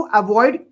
avoid